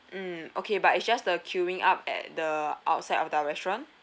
mm okay but it's just the queueing up at the outside of the restaurant